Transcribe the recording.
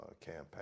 campaign